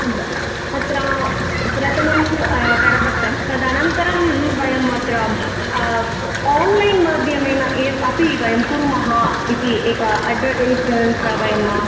आम् अत्र प्रथमं करपत्रं तदनन्तरं वयमत्र आन्लैन् माध्यमेन एव अपि वयं कुर्मः इति एक अड्वर्टैस् त वयम्